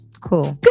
Cool